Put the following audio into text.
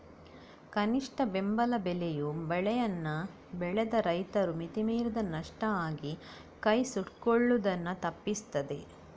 ಕನಿಷ್ಠ ಬೆಂಬಲ ಬೆಲೆಯು ಬೆಳೆಯನ್ನ ಬೆಳೆದ ರೈತರು ಮಿತಿ ಮೀರಿದ ನಷ್ಟ ಆಗಿ ಕೈ ಸುಟ್ಕೊಳ್ಳುದನ್ನ ತಪ್ಪಿಸ್ತದೆ